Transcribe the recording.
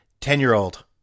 ten-year-old